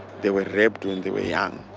they were raped when they were young.